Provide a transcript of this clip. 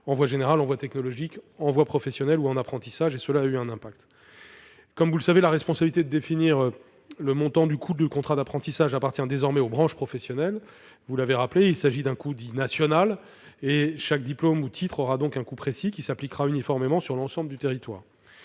en voie générale, en voie technologique, en voie professionnelle ou en apprentissage, et cela a eu un impact. Comme vous l'avez rappelé, la responsabilité de définir le montant du coût du contrat d'apprentissage appartient désormais aux branches professionnelles. Il s'agit d'un coût national : chaque diplôme ou titre aura un coût précis, qui s'appliquera uniformément sur l'ensemble du territoire.